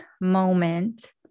moment